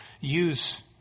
use